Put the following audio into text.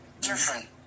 different